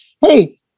Hey